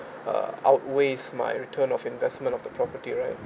uh outweighs my return of investment of the property right